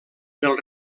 del